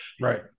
Right